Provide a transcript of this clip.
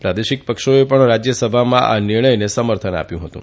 પ્રાદેશિક પક્ષોએ પણ રાજ્યસભામાં આ નિર્ણયને સમર્થન આપ્યું હતું